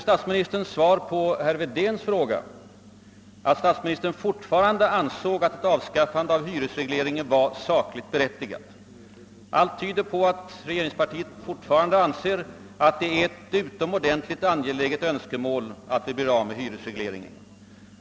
Statsministerns svar på herr Wedéns fråga var dessutom, att statsministern fortfarande ansåg att ett avskaffande av hyresregleringen var sakligt berättigat. Allt tyder alltså på att regeringspartiet fortfarande anser, att det är ett utomordentligt angeläget önskemål att vi blir av med hyresregleringen.